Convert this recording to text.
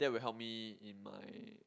that will help me in my